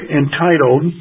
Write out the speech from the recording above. entitled